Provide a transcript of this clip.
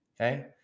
Okay